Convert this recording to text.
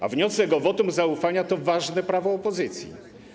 A wniosek o wotum zaufania to ważne prawo opozycji.